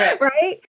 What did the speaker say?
Right